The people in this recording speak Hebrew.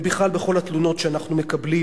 ובכלל בכל התלונות שאנחנו מקבלים